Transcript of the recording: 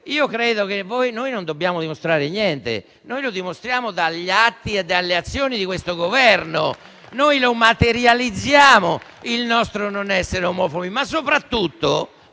Io credo che noi non dobbiamo dimostrare niente. Noi lo dimostriamo dagli atti e dalle azioni di questo Governo. Noi lo materializziamo il nostro non essere omofobi, ma soprattutto